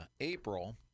April